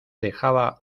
dejaba